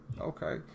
Okay